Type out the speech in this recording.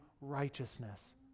righteousness